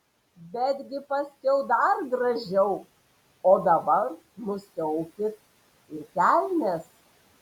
betgi paskiau dar gražiau o dabar nusiaukit ir kelnes